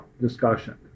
discussion